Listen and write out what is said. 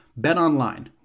Betonline